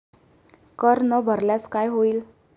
कर न भरल्यास काय होईल?